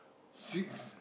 six